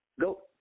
Go